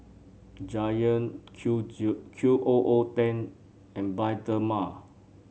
Giant Q Q O O ten and Bioderma